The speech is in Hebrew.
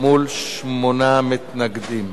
מול שמונה מתנגדים.